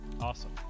awesome